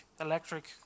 electric